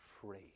free